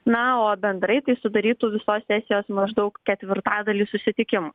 na o bendrai tai sudarytų visos sesijos maždaug ketvirtadalį susitikimų